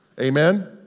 amen